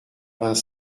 vingt